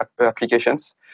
applications